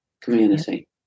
community